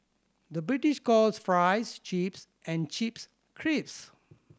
the British calls fries chips and chips crisps